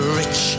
rich